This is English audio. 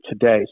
today